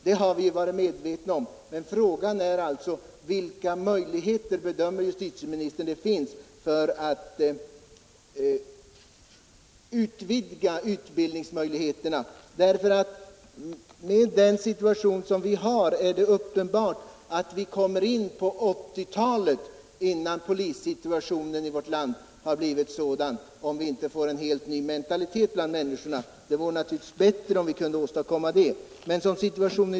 Men fi Vilka förutsättningar bedömer justitieministern att det finns för att utvidga utbildningsmöjligheterna? Mot bakgrunden av nuvarande förhållanden är det uppenbart att vi kommer in på 1980-talet innan man kan åstadkomma en förbättring av polissituationen i vårt land — om vi inte får en helt ny mentalitet bland människorna; det vore naturligtvis bättre, om vi kunde åstadkomma det.